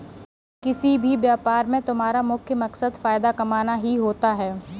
किसी भी व्यापार में तुम्हारा मुख्य मकसद फायदा कमाना ही होता है